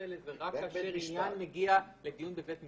האלה זה רק כאשר עניין מגיע לדיון בבית משפט.